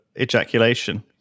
ejaculation